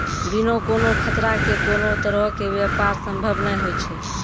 बिना कोनो खतरा के कोनो तरहो के व्यापार संभव नै होय छै